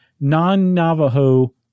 Non-Navajo